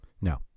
No